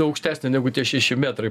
aukštesnę negu tie šeši metrai